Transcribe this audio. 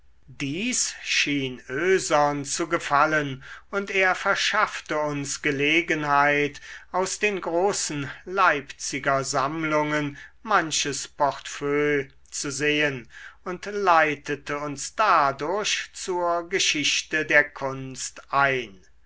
dies schien oesern zu gefallen und er verschaffte uns gelegenheit aus den großen leipziger sammlungen manches portefeuille zu sehen und leitete uns dadurch zur geschichte der kunst ein